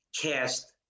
cast